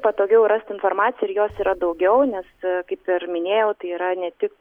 patogiau rasti informaciją ir jos yra daugiau nes kaip ir minėjau tai yra ne tik